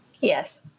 Yes